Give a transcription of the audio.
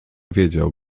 wiedział